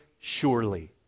surely